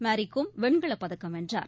மேரி கோம் வெண்கலப் பதக்கம் வென்றார்